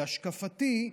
להשקפתי,